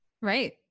Right